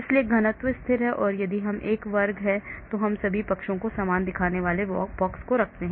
इसलिए घनत्व स्थिर है और यदि यह एक वर्ग है तो हम सभी पक्षों में समान दिखने वाले बक्से रखते हैं